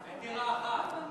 אין דירה אחת.